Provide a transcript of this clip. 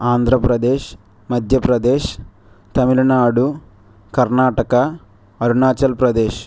Andhra Pradesh Madhya Pradesh Tamil Nadu Karnataka Arunachal Pradesh